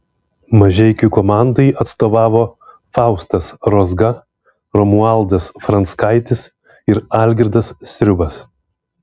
mažeikių komandai atstovavo faustas rozga romualdas franckaitis ir algirdas sriubas